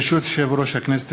ברשות יושב-ראש הכנסת,